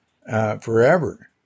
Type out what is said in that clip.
Forever